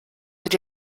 wird